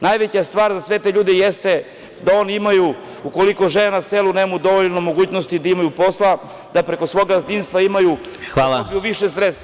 Najveća stvar za sve te ljude jeste da oni imaju, ukoliko žive na selu nemaju dovoljno mogućnosti da imaju posla, da preko svog gazdinstva imaju više sredstava.